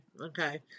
okay